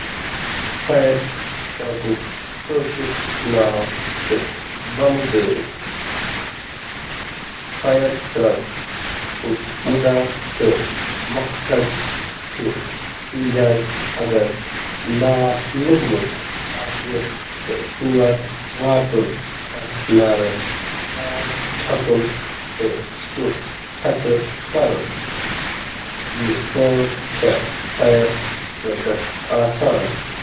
۔ کشمیٖری زبانہِ منٛز نار ٹرکہِ ہُنٛد مطلب چھُ بم گاڈ یُس نار بوزنس منٛز مدد چھُ کران۔